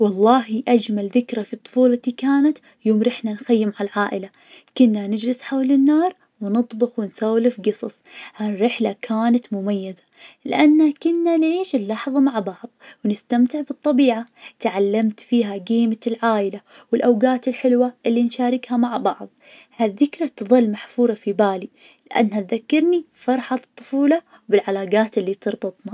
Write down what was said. واللهي أجمل ذكرى في طفولتي كانت يوم رحنا نخيم مع العائلة, كنا نجلس حول النار, ونطبخ ونسولف قصص, هالرحلة كانت مميزة, لأنا كنا نعيش اللحظة مع بعض, نستمتع بالطبيعة, تعلمت فيها قيمة العايلة, والأوقات الحلوة اللي نشاركها مع بعض, هالذكرى تظل محفورة في بالي, لأنها تذكرني فرحة الطفولة وبالعلاقات اللي تربطنا.